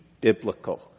biblical